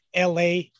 la